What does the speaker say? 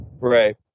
Right